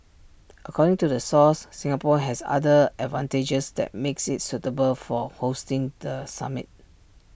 according to the source Singapore has other advantages that makes IT suitable for hosting the summit